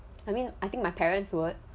I mean I think my parents worst